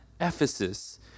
Ephesus